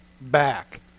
back